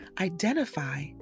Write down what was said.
identify